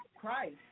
Christ